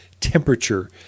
temperature